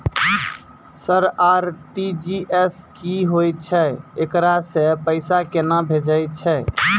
Sir RTGS की होय छै, एकरा से पैसा केना भेजै छै?